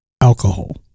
Alcohol